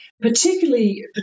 Particularly